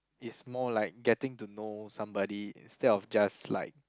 is more like getting to know somebody instead of just like